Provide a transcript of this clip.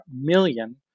million